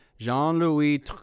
Jean-Louis